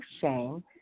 shame